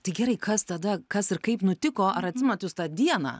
tai gerai kas tada kas ir kaip nutiko ar atsimenat jūs tą dieną